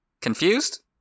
Confused